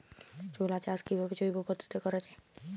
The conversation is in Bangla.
ছোলা চাষ কিভাবে জৈব পদ্ধতিতে করা যায়?